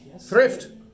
Thrift